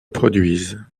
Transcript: produisent